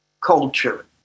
culture